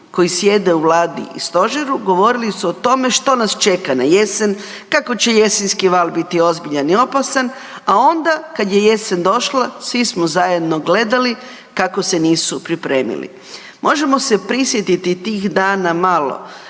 koji sjede u Vladi u Stožeru govorili o tome što nas čeka na jesen, kako će jesenski val biti ozbiljan i opasan a onda kad je jesen došla, svi zajedno gledali kako se nisu pripremili. Možemo se prisjetiti tih dana malo,